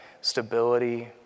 stability